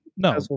No